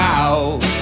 out